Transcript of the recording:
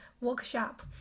workshop